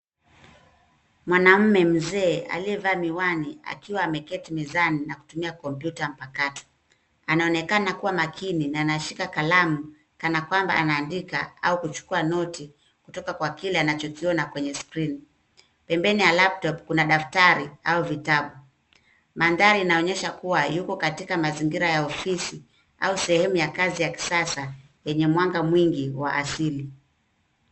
Mwanaume mzee aliyevaa miwani akiwa ameketi mezani na kitumia kompyuta ya mpakato. Anaonekana kuwa makini na anashika kalamu kana kwamba anaandika au kuchukua noti, kutoka kwa kile anachokiona kwenye skrini. Pembeni ya laptop Kuna daftari au vitabu. mandhari inaonyesha kuwa yuko katika mazingira ya ofisi au sehemu ya kikazi ya kisasa yenye mwanga mwingi wa asili .